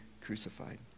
crucified